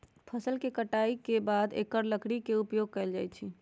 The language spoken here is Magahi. फ़सल के कटाई के बाद एकर लकड़ी के उपयोग कैल जाइ छइ